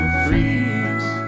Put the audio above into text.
freeze